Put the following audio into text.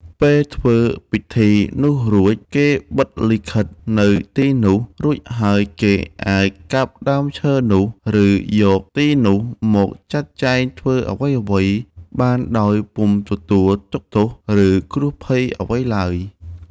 ពេលធ្វើពិធីនោះរួច គេបិទលិខិត នៅទីនោះ រួចហើយគេអាចកាប់ដើមឈើនោះ ឬ យកទីនោះមកចាត់ចែងធ្វើអ្វីៗ បានដោយពុំទទួលទុក្ខទោស ឬ គ្រោះភ័យអ្វីឡើយ។